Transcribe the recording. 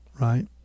right